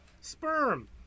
sperm